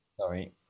Sorry